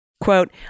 Quote